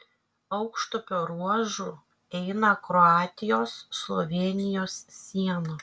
aukštupio ruožu eina kroatijos slovėnijos siena